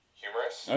humerus